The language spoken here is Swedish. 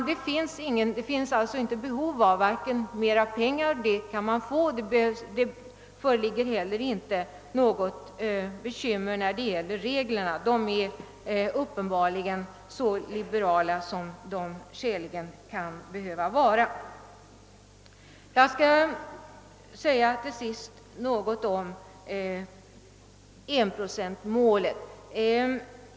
Det finns alltså inte vare sig behov av mera pengar — det kan man få — eller några svårigheter när det gäller reglerna. De är uppenbarligen så liberala som de skäligen kan behöva vara. Jag skall vidare säga några ord om 1-procentsmålet.